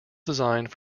designed